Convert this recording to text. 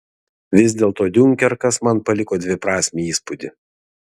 vis dėlto diunkerkas man paliko dviprasmį įspūdį